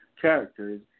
characters